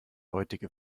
heutige